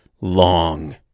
long